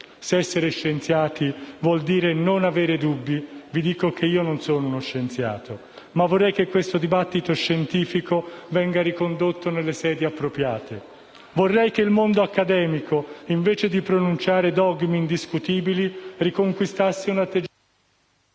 Se essere scienziati vuol dire non avere dubbi, vi dico che io non sono uno scienziato, ma vorrei che questo dibattito scientifico venisse ricondotto nelle sedi appropriate. Vorrei che il mondo accademico, invece di pronunciare dogmi indiscutibili, riconquistasse un atteggiamento...